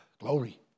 Glory